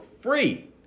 free